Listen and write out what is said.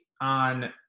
on